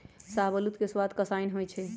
शाहबलूत के सवाद कसाइन्न होइ छइ